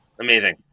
amazing